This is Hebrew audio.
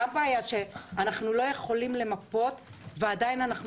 בעיה שאנחנו לא יכולים למפות ועדיין אנחנו